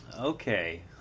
Okay